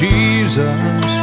Jesus